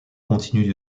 continue